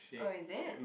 oh is it